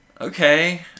okay